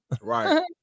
Right